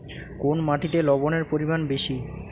কোন মাটিতে লবণের পরিমাণ বেশি?